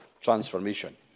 transformation